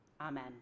Amen